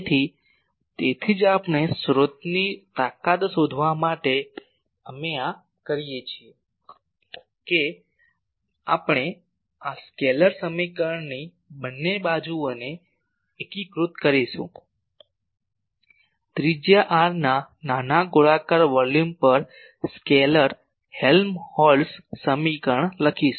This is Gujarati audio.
તેથી તેથી જ આપણે સ્રોતની તાકાત શોધવા માટે અમે આ કરીએ છીએ કે આપણે આ સ્કેલર સમીકરણની બંને બાજુઓને એકીકૃત કરીશું ત્રિજ્યા r ના નાના ગોળાકાર વોલ્યુમ પર સ્કેલર હેલમહોલ્ટ્ઝ સમીકરણ લખીશું